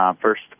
first